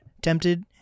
tempted